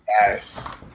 Yes